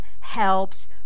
helps